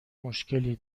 مشکلی